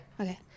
Okay